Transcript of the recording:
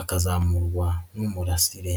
akazamurwa n'umurasire.